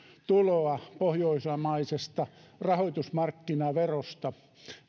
tuloa pohjoismaisesta rahoitusmarkkinaverosta